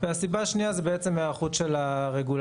והסיבה השנייה היא בעצם ההיערכות של הרגולטור.